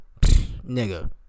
nigga